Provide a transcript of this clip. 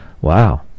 Wow